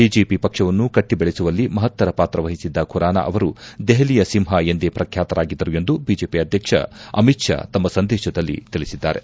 BJP ಪಕ್ಷವನ್ನು ಕಟ್ಟಿ ಬೆಳೆಸುವಲ್ಲಿ ಮಹತ್ತರ ಪಾತ್ರ ವಹಿಸಿದ್ದ ಖುರಾನ ಅವರು ದೆಹಲಿಯ ಸಿಂಹ ಎಂದೇ ಪ್ರಬ್ಯಾತರಾಗಿದ್ದರು ಎಂದು ಬಿಜೆಪಿ ಅಧ್ಯಕ್ಷ ಅಮಿತ್ ಷಾ ತಮ್ಮ ಸಂದೇಶದಲ್ಲಿ ತಿಳಿಸಿದ್ದಾರೆ